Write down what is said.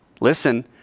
listen